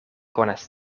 konas